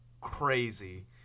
crazy